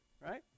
right